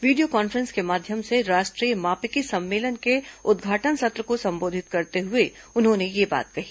video conference के माध्यम से राष्ट्रीय मापिकी सम्मेलन के उद्घाटन सत्र को संबोधित करते हुए उन्होंने यह बात कही